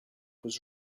was